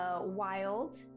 wild